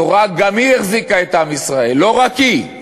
התורה גם היא החזיקה את עם ישראל, לא רק היא.